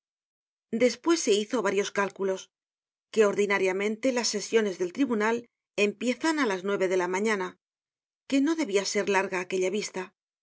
despues se hizo varios cálculos que ordinariamente las sesiones del tribunal empiezan á las nueve de la mañana que no debia ser larga aquella vista